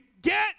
Get